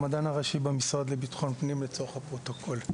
המדען הראשי במשרד לבטחון פנים לצורך הפרוטוקול.